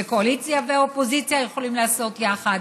והקואליציה והאופוזיציה יכולות לעשות יחד,